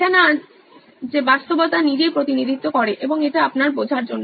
এটি না যে বাস্তবতা নিজেই প্রতিনিধিত্ব করে এবং এটি আপনার বোঝার জন্য